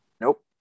Nope